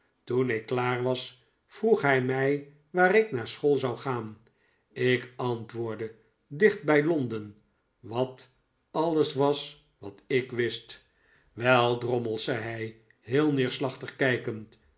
toen ik klaar was vroeg hij mij waar ik naar school zou gaan ik antwoordde dicht bij londen wat alles was wat ik wist wel drommels zei hij heel neerslachtig kijkend